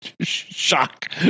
Shock